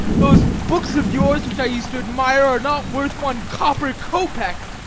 those books of yours which i used to admire are not worth one copper kopeck.